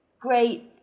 Great